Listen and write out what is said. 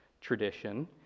tradition